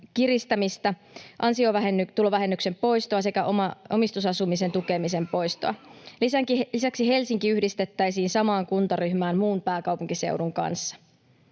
kiristämistä, ansiotulovähennyksen poistoa sekä omistusasumisen tukemisen poistoa. Lisäksi Helsinki yhdistettäisiin samaan kuntaryhmään muun pääkaupunkiseudun kanssa.